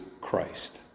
Christ